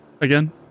again